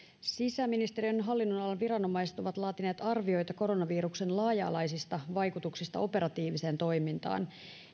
sisäministeriön hallinnonalan viranomaiset ovat laatineet arvioita koronaviruksen laaja alaisista vaikutuksista operatiiviseen toimintaan